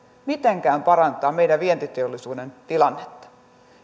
mitenkään parantaa meidän vientiteollisuuden tilannetta